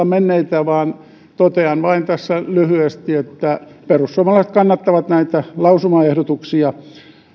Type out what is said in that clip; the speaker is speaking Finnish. menneitä vaan totean vain tässä lyhyesti että perussuomalaiset kannattavat näitä lausumaehdotuksia